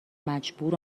مجبور